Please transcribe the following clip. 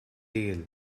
dale